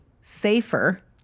safer